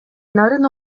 нарын